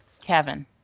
Kevin